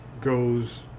goes